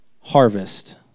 harvest